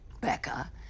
Becca